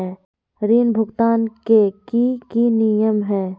ऋण भुगतान के की की नियम है?